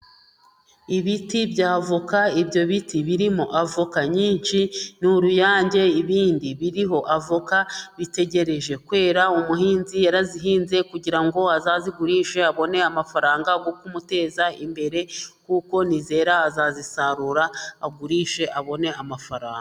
Ibiti bya avoka . Ibyo biti birimo avoka nyinshi, ni uruyange ibindi biriho avoka bitegereje kwera. Umuhinzi yarazihinze kugira ngo azazigurishe, abone amafaranga yo kumuteza imbere kuko nizera azazisarura agurishe abone amafaranga.